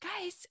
Guys